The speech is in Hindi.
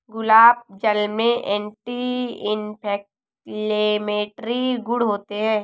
गुलाब जल में एंटी इन्फ्लेमेटरी गुण होते हैं